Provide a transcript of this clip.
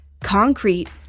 Concrete